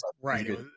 Right